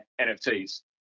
NFTs